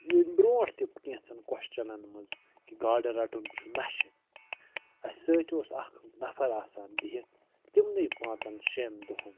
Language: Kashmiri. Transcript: ییٚمہِ برٛونٛٹھ تہِ کینٛژھَن کۄچھَنَن منٛز کہِ گاڈٕ رَٹُن چھُ نَشہٕ اَسہِ سۭتۍ اوس اکھ نفر آسان بِہِت تِمنٕے پانٛژن شٮ۪ن دۄہن